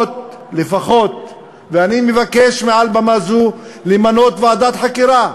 אני מבקש מעל במה זו למנות ועדת חקירה,